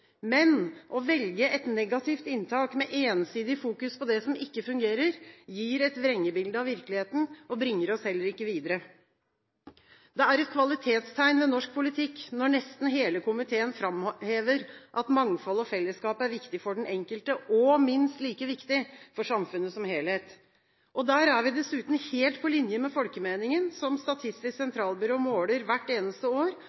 Men å velge et negativt inntak med ensidig fokus på det som ikke fungerer, gir et vrengebilde av virkeligheten og bringer oss heller ikke videre. Det er et kvalitetstegn ved norsk politikk når nesten hele komiteen framhever at mangfold og fellesskap er viktig for den enkelte, og minst like viktig for samfunnet som helhet. Der er vi dessuten helt på linje med folkemeningen, som Statistisk sentralbyrå måler hvert eneste år,